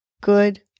good